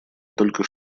только